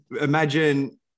imagine